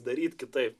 daryt kitaip